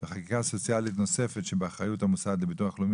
וחקיקה סוציאלית נוספת שבאחריות המוסד לביטוח לאומי